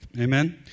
Amen